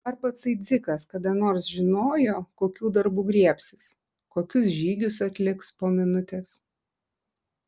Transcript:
ar patsai dzikas kada nors žinojo kokių darbų griebsis kokius žygius atliks po minutės